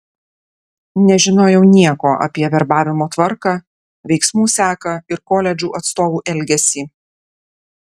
nežinojau nieko apie verbavimo tvarką veiksmų seką ir koledžų atstovų elgesį